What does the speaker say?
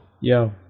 Yo